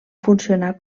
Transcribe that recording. funcionar